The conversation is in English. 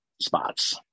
spots